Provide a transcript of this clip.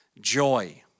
joy